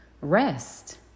rest